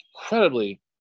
incredibly